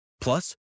Plus